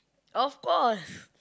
of course